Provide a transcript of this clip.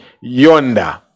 yonder